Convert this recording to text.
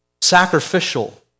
sacrificial